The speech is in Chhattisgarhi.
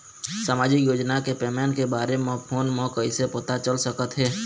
सामाजिक योजना के पेमेंट के बारे म फ़ोन म कइसे पता चल सकत हे?